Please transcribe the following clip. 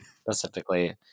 Specifically